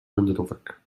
wędrówek